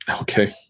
Okay